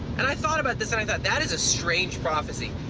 and i thought about this. and i thought, that is a strange prophecy.